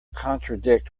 contradict